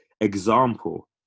example